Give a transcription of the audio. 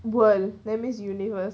world that means universe